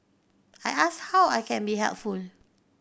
I ask how I can be helpful